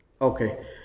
Okay